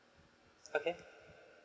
okay